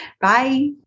Bye